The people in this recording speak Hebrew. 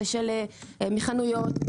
מחנויות,